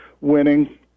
winning